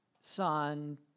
son